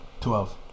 Twelve